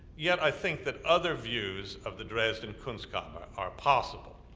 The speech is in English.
yet i think that other views of the dresden kunstkammer are possible.